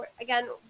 Again